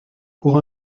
pour